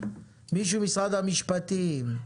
מישהו ממשרד המשפטים,